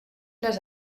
les